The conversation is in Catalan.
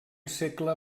segle